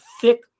thick